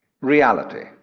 reality